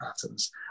patterns